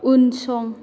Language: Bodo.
उनसं